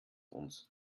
uns